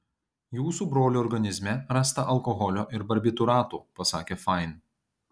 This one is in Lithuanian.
jūsų brolio organizme rasta alkoholio ir barbitūratų pasakė fain